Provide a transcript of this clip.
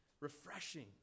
refreshing